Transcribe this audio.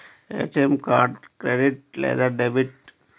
ATM card credit లేదా debit?